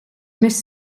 més